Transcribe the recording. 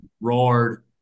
roared